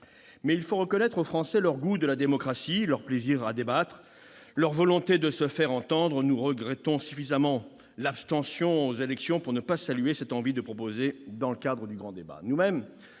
Mais il faut reconnaître aux Français leur goût de la démocratie, leur plaisir à débattre, leur volonté de se faire entendre. Nous regrettons suffisamment l'abstention aux élections pour ne pas saluer cette envie de proposer dans le cadre du grand débat.